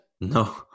No